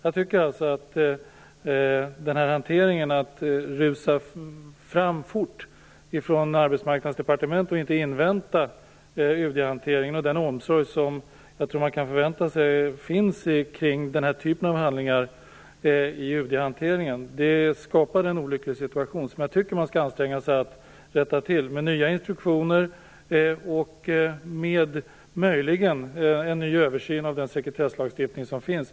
Jag tycker alltså att Arbetsmarknadsdepartementets agerande, att rusa fram fort och inte invänta UD hanteringen och den omsorg som jag tror att man kan förvänta sig finns kring den här typen av handlingar i UD-hanteringen, skapade en olycklig situation. Den tycker jag att man skall anstränga sig att rätta till med nya instruktioner och möjligen med en ny översyn av den sekretesslagstiftning som finns.